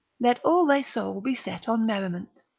let all thy soul be set on merriment.